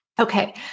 Okay